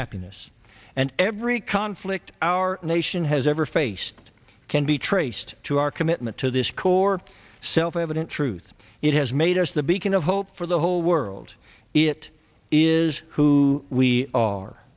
happiness and every conflict our nation has ever faced can be traced to our commitment to this core self evident truth it has made us the beacon of hope for the whole world it is who we are